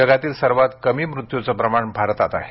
जगातील सर्वांत कमी मृत्यूचं प्रमाण भारतात आहे